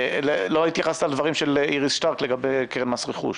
לא התייחסת לדברים של איריס שטרק לגבי קרן מס רכוש.